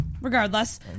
regardless